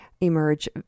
emerge